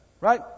Right